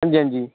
आंजी आंजी